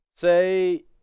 Say